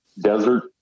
desert